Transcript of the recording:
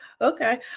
Okay